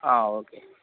okay madam